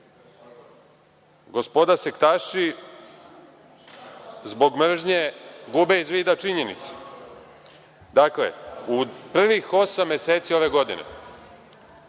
gospoda sektaši zbog mržnje gube iz vida činjenicu. Dakle, u prvih osam meseci ove godine